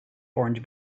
orange